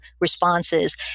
responses